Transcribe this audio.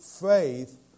faith